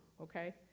okay